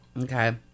Okay